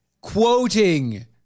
quoting